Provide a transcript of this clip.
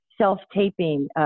self-taping